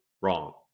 wrong